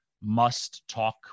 must-talk